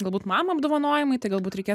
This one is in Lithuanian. galbūt mama apdovanojimai tai galbūt reikės